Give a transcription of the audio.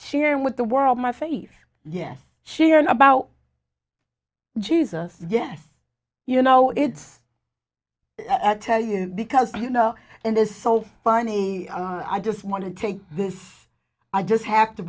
sharing with the world my faith yes sheehan about jesus yes you know it's i tell you because you know and it's so funny i just want to take this i just have to